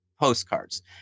postcards